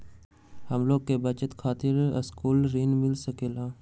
हमलोगन के बचवन खातीर सकलू ऋण मिल सकेला?